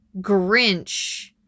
Grinch